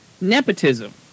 Nepotism